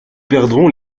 perdront